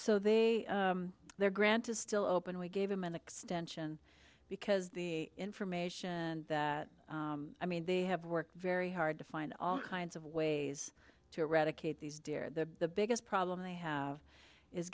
so they there grant is still open we gave him an extension because the information that i mean they have worked very hard to find all kinds of ways to eradicate these deer the biggest problem i have is